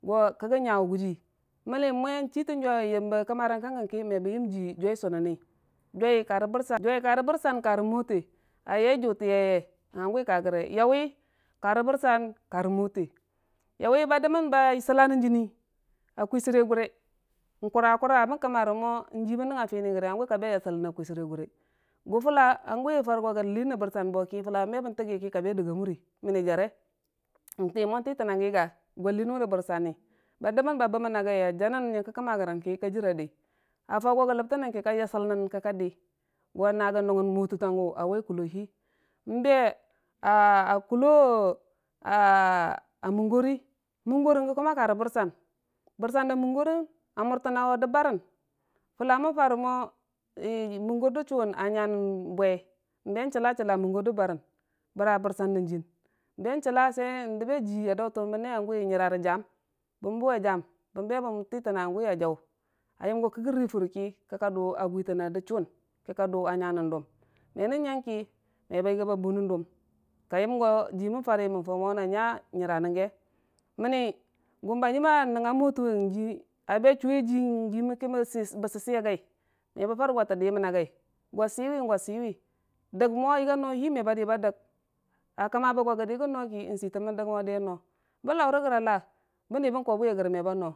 Go kə gə nyawa gujii mənni mwe n'chii tən jwaiyu n'yəmbə kəmmarang ka gəyən ki, me bən yəm jii jwai sunnən niyu, jwai karə bɨrsan, jwai karə bɨrsan karə mwote a yai jutəyaiye hanguwi karə ge. yauwi karə bɨrsan kar mwote, yauwi ba dəmmən ba yəsəba nən jiini, a kwisəre gure, n'kura kura mən kəm maremo jiibin nəngnga Fini rəgi, hangu ka be yabəl nən akwibəre gure, gu full hanguwi Fare go gə liin nən bɨrsan bo ki, Fulla btekgi ki, ka be a diggi a mu mənm jare n'timo n'titəna gi ga, gwa liin wu nən bɨrsam, ba dəmmə ba bəmməna gai a jannən gyər kə kəmma rəgəng ki ka jir dii, a Fau go gə ləbtənən ki kəka yasəlnən kəka dii, go na gə nuigən mwotətangu a waic kuloyi, n'be a kullo a muggori, muggori gə kuma karə bɨrban, bɨrban da muggorən a murtənna də barən, Fulla mən fara mo hi muggor də chuwun a nyanən bwe, n'be chilla chilla muggor də barən, bəra bɨran da jiyən, n'be chilla se dəbbe jii a dautən bənne hanguwi yəra rə jam, bən buwe jam, bən be bən titəna hanguwi a jau ayəngo kəgə ru furki kəka du a gwitəna də chuwun, kəka du a nyanən dʊm, mənən nyangki, me ba yəgi a bunən dum, ka yəmgo jiimən fari, mən faumo na ya yəra nən ge, məmmi gu hangəm nəngnga mwotə jiyu, a be chuwe jii ki bə sɨ agai, me bə fare fare go natə dimən na gai, gwa sɨwi, gwa sɨwi dəgmo yəga nui hi me ba yəgi a dəg, a kəmna be go gə yəgi gə no ki n'sitənbe n'dəga jəgi a no, bən laurə gəre a laa bən di kawe buwi rəge meba dii ba no.